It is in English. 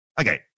okay